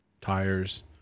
tires